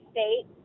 State